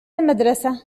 المدرسة